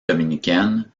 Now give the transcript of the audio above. dominicaine